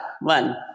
One